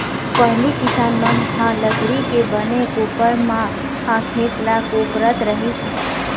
पहिली किसान मन ह लकड़ी के बने कोपर म खेत ल कोपरत रहिस हे